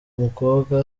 umukobwa